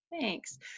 Thanks